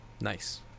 Nice